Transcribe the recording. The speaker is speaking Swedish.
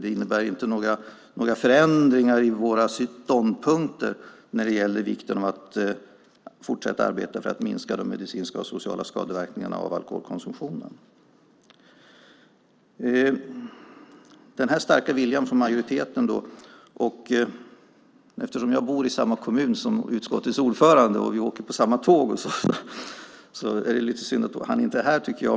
Det innebär inte några förändringar i våra ståndpunkter om vikten av att fortsätta att arbeta för att minska de medicinska och sociala skadeverkningarna av alkoholkonsumtionen. Jag bor i samma kommun som utskottets ordförande. Vi åker på samma tåg. Det är lite synd att han inte är här.